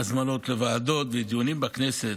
הזמנות לוועדות ודיונים בכנסת,